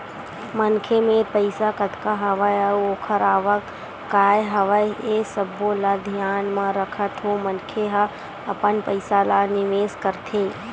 मनखे मेर पइसा कतका हवय अउ ओखर आवक काय हवय ये सब्बो ल धियान म रखत होय मनखे ह अपन पइसा ल निवेस करथे